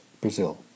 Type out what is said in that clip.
Brazil